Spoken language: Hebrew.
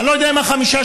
אני לא יודע אם 5 שקלים,